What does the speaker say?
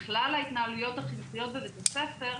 בכלל ההתנהלויות בבית-הספר,